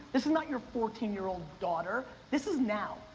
this is not your fourteen year old daughter, this is now.